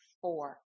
four